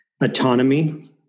Autonomy